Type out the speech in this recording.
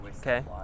Okay